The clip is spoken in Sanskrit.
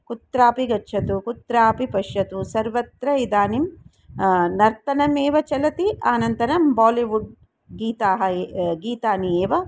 कुत्रापि गच्छतु कुत्रापि पश्यतु सर्वत्र इदानीं नर्तनमेव चलति अनन्तरं बालिवुड् गीतानि गीतानि एव